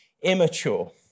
immature